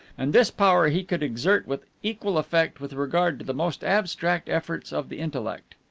and this power he could exert with equal effect with regard to the most abstract efforts of the intellect.